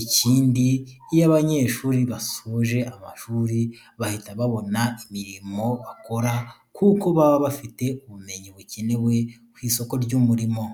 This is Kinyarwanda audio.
Ikindi iyo aba banyeshuri basoje amashuri bahita babona imirimo bakora kuko baba bafite ubumenyi bukenewe ku isoko ry'umurimo.